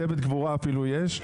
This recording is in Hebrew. צוות גבורה אפילו יש,